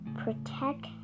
protect